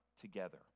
together